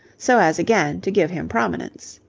so as again to give him prominence.